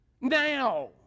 now